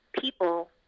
people